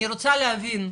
אני רוצה להבין,